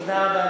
תודה רבה,